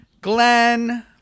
Glenn